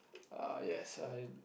err yes I